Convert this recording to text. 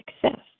success